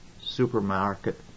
supermarket